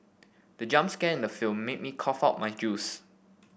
the jump scare in the film made me cough out my juice